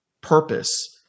purpose